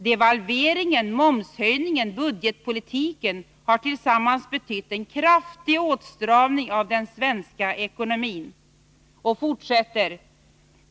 Devalveringen, momshöjningen, budgetpolitiken har tillsammans betytt en kraftig åtstramning av den svenska ekonomin.